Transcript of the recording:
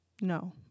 no